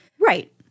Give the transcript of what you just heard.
Right